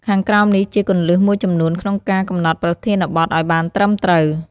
ខាងក្រោមនេះជាគន្លឹះមួយចំនួនក្នុងការកំណត់ប្រធានបទឲ្យបានត្រឺមត្រូវ៖